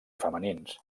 femenins